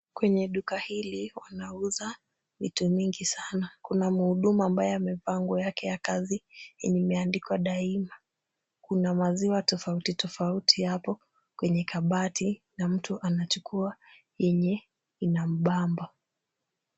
Kwenye duka hili wanauza vitu mingi sana. Kuna mhuduma ambaye amevaa nguo yake ya kazi yenye imeandikwa Daima. Kuna maziwa tofauti tofauti hapo kwenye kabati na mtu anachukua yenye inambamba .